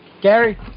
Gary